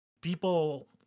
people